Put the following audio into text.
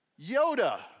Yoda